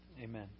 Amen